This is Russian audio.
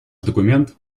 документ